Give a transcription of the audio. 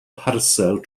parsel